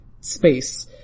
space